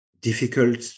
difficult